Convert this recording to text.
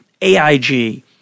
AIG